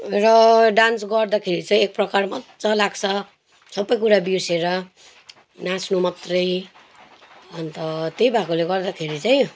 र डान्स गर्दाखेरि चाहिँ एक प्रकार मजा लाग्छ सबै कुरा बिर्सेर नाच्नु मात्रै अन्त त्यही भएकोले गर्दाखेरि चाहिँ